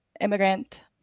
immigrant